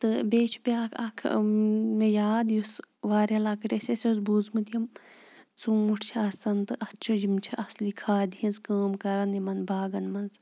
تہٕ بیٚیہِ چھِ بیٛاکھ اَکھ مےٚ یاد یُس واریاہ لۄکٕٹۍ ٲسۍ أسۍ اَسہِ اوس بوٗزمُت یِم ژوٗنٛٹھۍ چھِ آسان تہٕ اَتھ چھِ یِم چھِ اَصلی کھادِ ہِنٛز کٲم کَران یِمَن باغَن منٛز